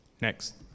Next